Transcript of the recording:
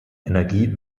energie